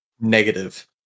negative